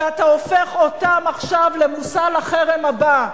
ואתה הופך אותם עכשיו למושא לחרם הבא,